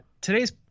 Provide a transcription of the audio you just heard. today's